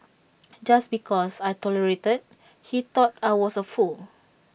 just because I tolerated he thought I was A fool